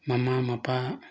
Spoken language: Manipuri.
ꯃꯃꯥ ꯃꯄꯥ